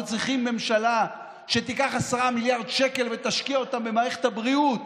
אנחנו צריכים ממשלה שתיקח 10 מיליארד שקל ותשקיע אותם במערכת הבריאות,